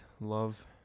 love